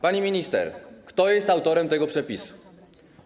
Pani minister, kto jest autorem tego przepisu?